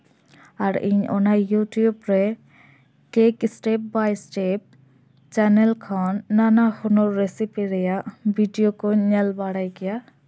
ᱟᱨ ᱤᱧ ᱚᱱᱟ ᱤᱭᱩᱴᱩᱵ ᱨᱮ ᱴᱷᱤᱠ ᱥᱴᱮᱯ ᱵᱟᱭ ᱥᱴᱮᱯ ᱪᱮᱱᱮᱞ ᱠᱷᱚᱱ ᱱᱟᱱᱟᱦᱩᱱᱟᱹᱨ ᱨᱮᱥᱤᱯᱤ ᱨᱮᱭᱟᱜ ᱵᱷᱤᱰᱤᱭᱳ ᱠᱩᱧ ᱧᱮᱞ ᱵᱟᱲᱟᱭ ᱜᱮᱭᱟ